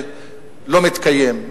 שלא מתקיים,